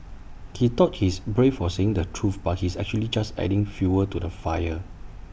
he thought he's brave for saying the truth but he's actually just adding fuel to the fire